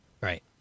right